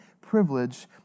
privilege